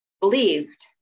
believed